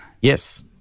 Yes